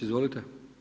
Izvolite.